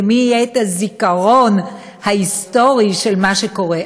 למי יהיה הזיכרון ההיסטורי של מה שקורה?